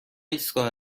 ایستگاه